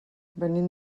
venim